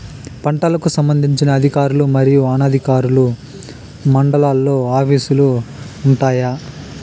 పంటలకు సంబంధించిన అధికారులు మరియు అనధికారులు మండలాల్లో ఆఫీస్ లు వుంటాయి?